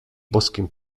boskim